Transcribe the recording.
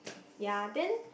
ya then